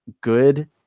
good